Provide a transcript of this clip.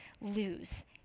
lose